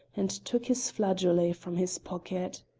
and took his flageolet from his pocket.